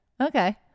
Okay